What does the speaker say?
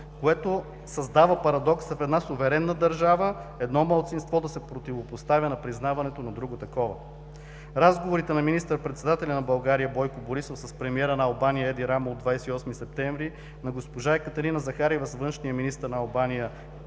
което създава парадокса в една суверенна държава едно малцинство да се противопоставя на признаването на друго такова. Разговорите на министър-председателя на България Бойко Борисов с премиера на Албания Еди Рама от 28 септември, на госпожа Екатерина Захариева – с външния министър на Албания Дитмир